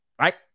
Right